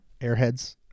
Airheads